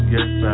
Yes